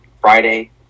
Friday